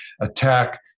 attack